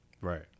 Right